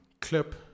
clip